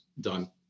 done